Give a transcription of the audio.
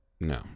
No